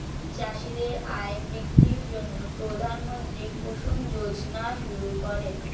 চাষীদের আয় বৃদ্ধির জন্য প্রধানমন্ত্রী কুসুম যোজনা শুরু করেন